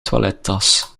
toilettas